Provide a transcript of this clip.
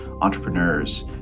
entrepreneurs